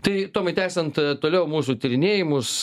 tai tomai tęsiant toliau mūsų tyrinėjimus